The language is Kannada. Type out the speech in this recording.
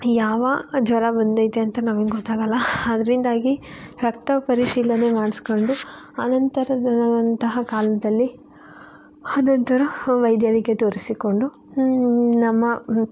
ಯಾವ ಜ್ವರ ಬಂದೈತೆ ಅಂತ ನಮಗೆ ಗೊತ್ತಾಗೋಲ್ಲ ಅದರಿಂದಾಗಿ ರಕ್ತ ಪರಿಶೀಲನೆ ಮಾಡಿಸ್ಕೊಂಡು ಅನಂತರದಂತಹ ಕಾಲದಲ್ಲಿ ಅನಂತರ ವೈದ್ಯರಿಗೆ ತೋರಿಸಿಕೊಂಡು ನಮ್ಮ